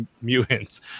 mutants